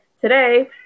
today